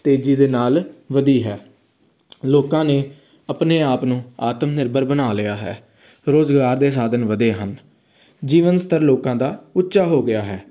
ਤੇਜ਼ੀ ਦੇ ਨਾਲ ਵਧੀ ਹੈ ਲੋਕਾਂ ਨੇ ਆਪਣੇ ਆਪ ਨੂੰ ਆਤਮ ਨਿਰਭਰ ਬਣਾ ਲਿਆ ਹੈ ਰੁਜ਼ਗਾਰ ਦੇ ਸਾਧਨ ਵਧੇ ਹਨ ਜੀਵਨ ਸਥਰ ਲੋਕਾਂ ਦਾ ਉੱਚਾ ਹੋ ਗਿਆ ਹੈ